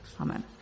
Amen